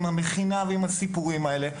עם המכינה ועם הסיפורים האלה.